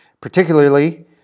Particularly